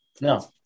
No